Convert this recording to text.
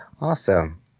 Awesome